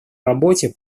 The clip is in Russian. работе